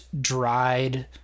dried